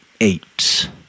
Eight